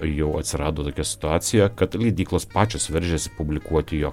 jau atsirado tokia situacija kad leidyklos pačios veržiasi publikuoti jo